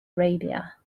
arabia